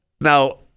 Now